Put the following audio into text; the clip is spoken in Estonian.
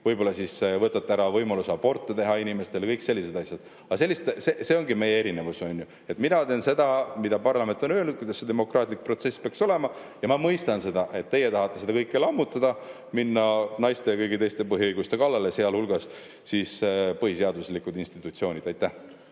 Võib-olla võtate ära võimaluse aborti teha ja kõik sellised asjad. Aga see ongi meie erinevus, on ju. Mina teen seda, mida parlament on öelnud, kuidas see demokraatlik protsess peaks olema. Ja ma mõistan seda, et teie tahate seda kõike lammutada, minna naiste ja kõigi teiste põhiõiguste kallale, sealhulgas põhiseaduslike institutsioonide. Ja